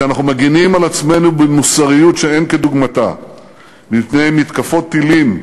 כשאנחנו מגינים על עצמנו במוסריות שאין כדוגמתה מפני מתקפות טילים,